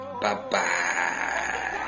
Bye-bye